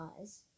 eyes